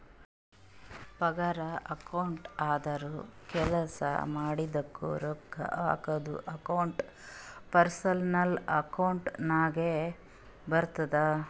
ಪಗಾರ ಅಕೌಂಟ್ ಅಂದುರ್ ಕೆಲ್ಸಾ ಮಾಡಿದುಕ ರೊಕ್ಕಾ ಹಾಕದ್ದು ಅಕೌಂಟ್ ಪರ್ಸನಲ್ ಅಕೌಂಟ್ ನಾಗೆ ಬರ್ತುದ